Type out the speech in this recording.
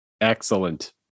Excellent